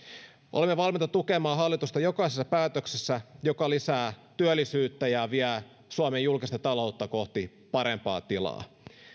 olemme valmiita tukemaan hallitusta jokaisessa päätöksessä joka lisää työllisyyttä ja vie suomen julkista taloutta kohti parempaa tilaa